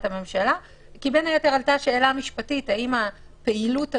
הממשלה כי בין היתר עלתה השאלה המשפטית האם הפעילות הזו,